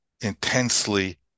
intensely